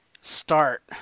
start